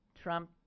Trump